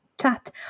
Chat